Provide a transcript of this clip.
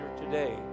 today